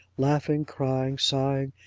laughing, crying, sighing,